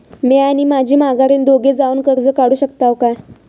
म्या आणि माझी माघारीन दोघे जावून कर्ज काढू शकताव काय?